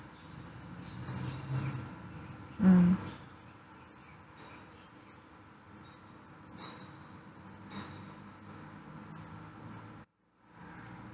mm